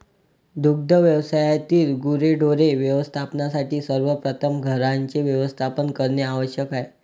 दुग्ध व्यवसायातील गुरेढोरे व्यवस्थापनासाठी सर्वप्रथम घरांचे व्यवस्थापन करणे आवश्यक आहे